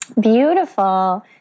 Beautiful